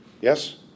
Yes